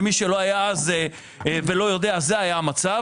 למי שלא היה אז ולא יודע, זה היה המצב.